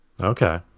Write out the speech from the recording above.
Okay